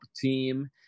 team